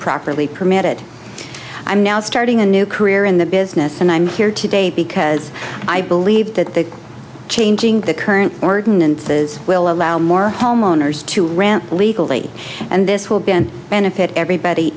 properly permitted i'm now starting a new career in the business and i'm here today because i believe that the changing the current ordinances will allow more homeowners to rant legally and this will been benefit everybody